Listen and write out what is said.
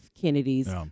Kennedy's